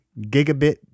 gigabit